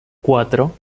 cuatro